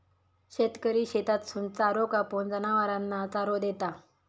शेतकरी शेतातसून चारो कापून, जनावरांना चारो देता